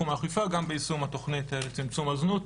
האכיפה וגם ביישום התוכנית לצמצום הזנות,